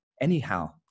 anyhow